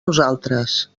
nosaltres